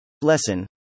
Lesson